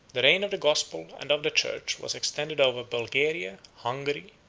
the reign of the gospel and of the church was extended over bulgaria, hungary,